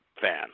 fan